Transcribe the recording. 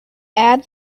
add